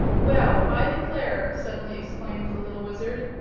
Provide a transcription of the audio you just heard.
well, i declare! suddenly exclaimed the little wizard.